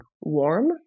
warm